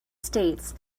states